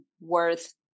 worth